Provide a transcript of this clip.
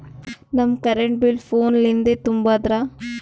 ನಮ್ current bill ಫೋನ ಲಿಂದೇ ತುಂಬೌದ್ರಾ?